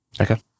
Okay